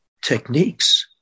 techniques